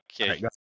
okay